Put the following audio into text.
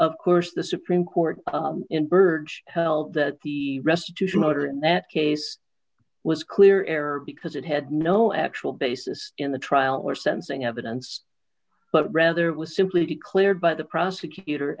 of course the supreme court in berge held that the restitution motor in that case was clear error because it had no actual basis in the trial or sensing evidence but rather was simply cleared by the prosecutor